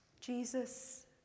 Jesus